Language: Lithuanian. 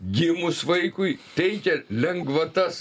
gimus vaikui teikia lengvatas